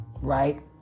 right